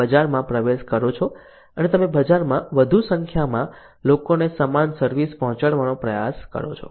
તમે બજારમાં પ્રવેશ કરો છો અને તમે બજારમાં વધુ સંખ્યામાં લોકોને સમાન સર્વિસ પહોંચાડવાનો પ્રયાસ કરો છો